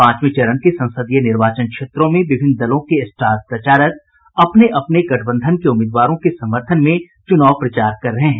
पांचवें चरण के संसदीय निर्वाचन क्षेत्रों में विभिन्न दलों के स्टार प्रचारक अपने अपने गठबंधन के उम्मीदवारों के समर्थन में चूनाव प्रचार कर रहे हैं